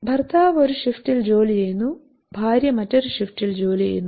ഭർത്താവ് ഒരു ഷിഫ്റ്റിൽ ജോലി ചെയ്യുന്നു ഭാര്യ മറ്റൊരു ഷിഫ്റ്റിൽ ജോലി ചെയ്യുന്നു